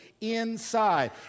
inside